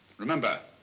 remember,